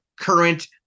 current